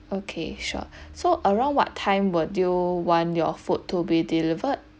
okay sure so around what time will do you want your food to be delivered